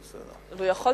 וילנאי.